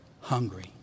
hungry